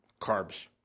Carbs